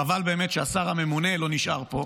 חבל באמת שהשר הממונה לא נשאר פה,